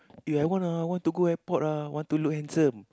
eh I want ah want to go airport ah want to look handsome